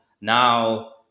now